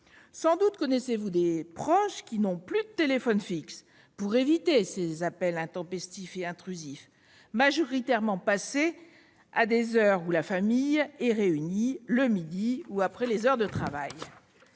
Sans doute connaissez-vous des proches qui n'ont plus de téléphone fixe pour éviter ces appels intempestifs et intrusifs, majoritairement passés à des heures où les familles sont réunies, le midi, ou après les heures de travail.